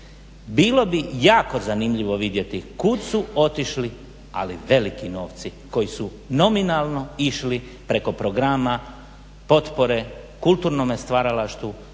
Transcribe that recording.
Bilo bi jako zanimljivo vidjeti kud su otišli ali veliki novci koji su nominalno išli preko programa potpore kulturnome stvaralaštvu